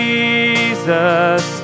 Jesus